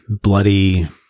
bloody